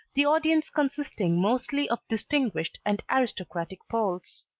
the audience consisting mostly of distinguished and aristocratic poles.